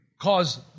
cause